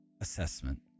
assessment